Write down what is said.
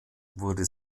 wurde